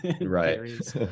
right